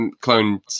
clone